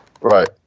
Right